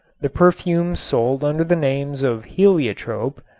the perfumes sold under the names of heliotrope,